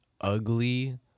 ugly